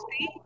see